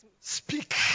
Speak